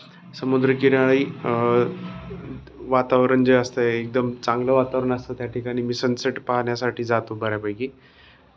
समुद्रकिनारी वातावरण जे असतं एकदम चांगलं वातावरण असतं त्या ठिकाणी मी सनसेट पाहण्यासाठी जातो बऱ्यापैकी